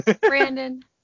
Brandon